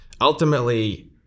ultimately